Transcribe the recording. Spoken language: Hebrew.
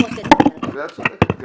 זאת אומרת משרד התקשורת,